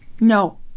No